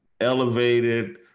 elevated